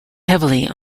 heavily